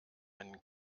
einen